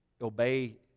Obey